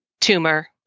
tumor